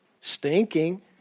stinking